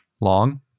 long